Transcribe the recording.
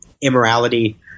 immorality